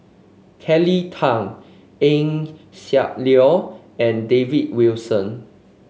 Kelly Tang Eng Siak Loy and David Wilson